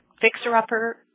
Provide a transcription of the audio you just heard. fixer-upper